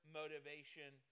motivation